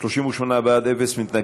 מכס ובלו (שינוי התעריף) (תיקון,